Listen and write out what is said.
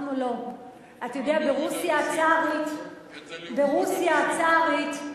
אתה יודע, ברוסיה הצארית,